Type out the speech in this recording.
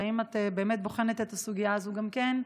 והאם את באמת בוחנת את הסוגיה הזו גם כן,